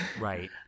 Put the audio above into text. Right